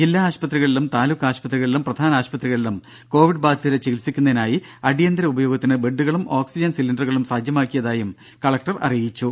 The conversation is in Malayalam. ജില്ലാ ആശുപത്രികളിലും താലൂക്ക് ആശുപത്രികളിലും പ്രധാന ആശുപത്രികളിലും കോവിഡ് ബാധിതരെ ചികിത്സിക്കുന്നതിനായി അടിയന്തര ഉപയോഗത്തിന് ബെഡ്ഡുകളും ഓക്സിജൻ സിലിണ്ടറുകളും സജ്ജമാക്കിയതായും കലക്ടർ അറിയിച്ചു